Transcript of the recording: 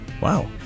Wow